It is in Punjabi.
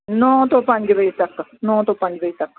ਨੌਂ ਤੋਂ ਪੰਜ ਵਜੇ ਤੱਕ ਨੌਂ ਤੋਂ ਪੰਜ ਵਜੇ ਤੱਕ